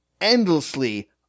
endlessly